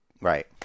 Right